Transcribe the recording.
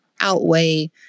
outweigh